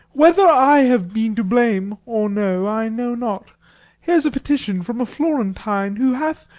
whether i have been to blame or no, i know not here's a petition from a florentine, who hath,